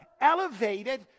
elevated